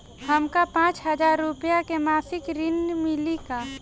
हमका पांच हज़ार रूपया के मासिक ऋण मिली का?